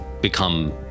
become